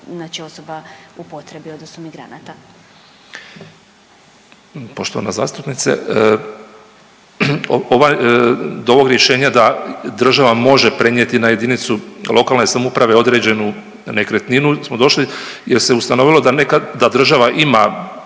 osoba u potrebi odnosno migranata. **Katić, Žarko** Poštovana zastupnice, ovaj do ovog rješenja da država može prenijeti na jedinu lokalne samouprave određenu nekretninu smo došli jer se ustanovilo da neka, da